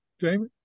Jamie